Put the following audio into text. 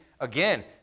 again